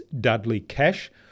Dudley-Cash